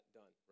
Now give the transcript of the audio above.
done